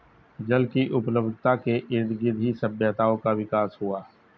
जल की उपलब्धता के इर्दगिर्द ही सभ्यताओं का विकास हुआ